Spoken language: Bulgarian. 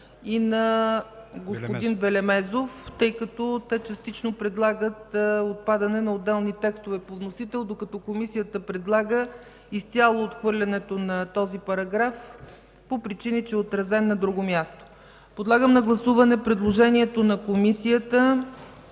и на господин Белемезов, тъй като те частично предлагат отпадане на отделни текстове по вносител, докато Комисията предлага изцяло отхвърлянето на този параграф по причина, че е отразен на друго място. Подлагам на гласуване предложението на Комисията